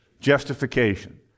Justification